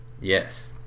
Yes